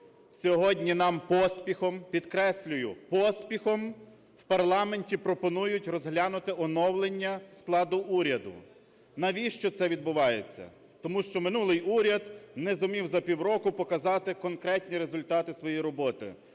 Сьогодні нам поспіхом, підкреслюю, поспіхом в парламенті пропонують розглянути оновлення складу уряду. Навіщо це відбувається? Тому що минулий уряд не зумів за півроку показати конкретні результати своєї роботи.